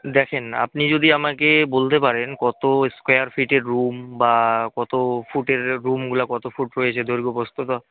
দেখুন আপনি যদি আমাকে বলতে পারেন কত স্কোয়ার ফিটের রুম বা কত ফুটের রুমগুলো কত ফুট রয়েছে দৈর্ঘ্য প্রস্থ তো